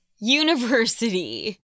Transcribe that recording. University